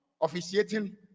officiating